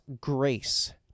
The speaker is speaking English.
grace